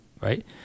right